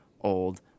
old